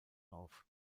auf